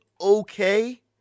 okay